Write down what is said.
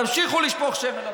תמשיכו לשפוך שמן למדורה.